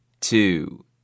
two